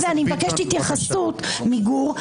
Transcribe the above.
ואני מבקשת התייחסות מגור,